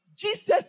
Jesus